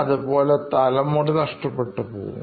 അതുപോലെ തലമുടി നഷ്ടപ്പെട്ടു പോകും